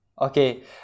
okay